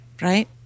right